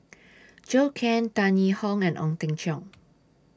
Zhou Can Tan Yee Hong and Ong Teng Cheong